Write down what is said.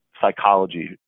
psychology